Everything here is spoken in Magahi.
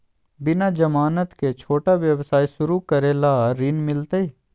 बिना जमानत के, छोटा व्यवसाय शुरू करे ला ऋण मिलतई?